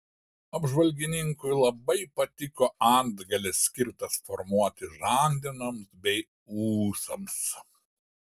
apžvalgininkui labai patiko antgalis skirtas formuoti žandenoms bei ūsams